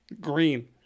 Green